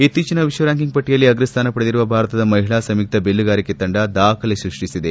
ಇತ್ತೀಚಿನ ವಿಶ್ವ ರ್್ಯಾಂಕಿಂಗ್ ಪಟ್ಟಿಯಲ್ಲಿ ಅಗ್ರಸ್ಥಾನ ಪಡೆದಿರುವ ಭಾರತದ ಮಹಿಳಾ ಸಂಯುಕ್ತ ಬಿಲ್ಲುಗಾರಿಕೆ ತಂಡ ದಾಖಲೆ ಸೃಷ್ಟಿಸಿದೆ